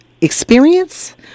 experience